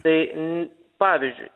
tai pavyzdžiui